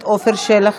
נוכחת,